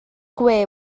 gwe